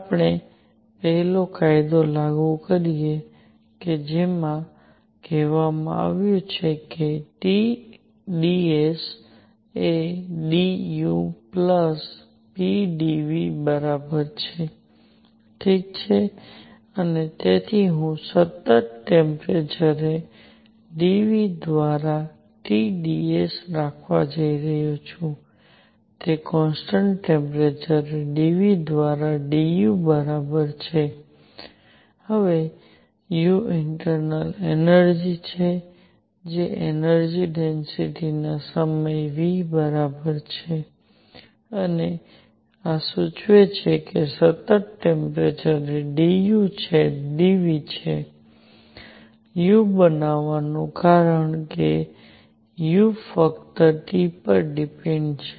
આપણે પહેલો કાયદો લાગુ કરીએ છીએ જેમાં કહેવામાં આવ્યું છે કે T dS એ d U plus p d V બરાબર છે ઠીક છે અને તેથી હું સતત ટેમ્પરેચરે d V દ્વારા T ds રાખવા જઈ રહ્યો છું તે કોન્સટન્ટ ટેમ્પરેચરે d V દ્વારા d U બરાબર છે હવે U ઇન્ટરનલ એનર્જિ છે જે એનર્જિ ડેન્સિટિના સમય V બરાબર છે અને આ સૂચવે છે કે સતત ટેમ્પરેચરે d U છેદ d V છે U બનવાનું કારણ કે U ફક્ત T પર ડિપેન્ડ છે